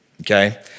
okay